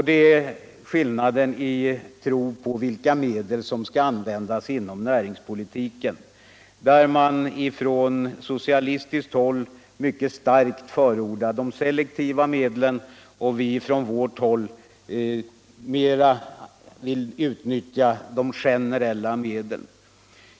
Det är skillnaden i tro på vilka medel som skall användas inom näringspolitiken, där man från socialistiskt håll mycket starkt förordar selektiva ingrepp medan vi från vårt håll mera vill utnyttja generellt verkande medel.